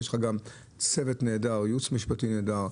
יש לך גם צוות נהדר, ייעוץ משפטי נהדר,